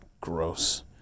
Gross